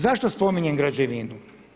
Zašto spominjem građevinu?